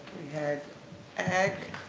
had ag,